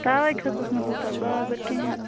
توے کھٔژٕس نہٕ بہٕ پَتہٕ بازَر کِہیٖنۍ